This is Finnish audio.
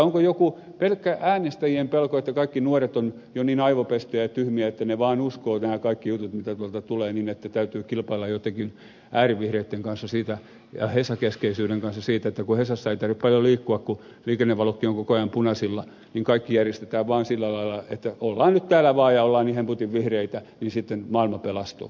onko joku pelkkä äänestäjien pelko käsitys että kaikki nuoret ovat jo niin aivopestyjä ja tyhmiä että he vaan uskovat nämä kaikki jutut mitkä tuolta tulevat niin että täytyy kilpailla joittenkin äärivihreitten ja hesa keskeisyyden kanssa siitä että kun hesassa ei tarvitse paljon liikkua kun liikennevalotkin ovat koko ajan punaisilla niin kaikki järjestetään vaan sillä lailla että ollaan nyt täällä vaan ja ollaan niin hemputin vihreitä niin sitten maailma pelastuu